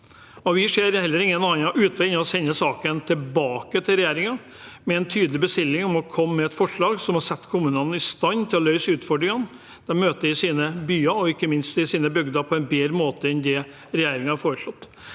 – Kommuneproposisjonen 2025 2024 ken tilbake til regjeringen, med en tydelig bestilling om å komme med et forslag som vil sette kommunene i stand til å løse utfordringene de møter i sine byer – og ikke minst i sine bygder – på en bedre måte enn det regjeringen har foreslått.